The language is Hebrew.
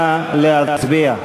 נא להצביע.